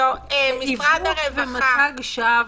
זה עיוות ומצג שווא,